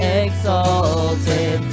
exalted